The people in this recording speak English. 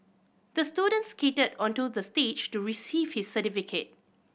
the student skated onto the stage to receive his certificate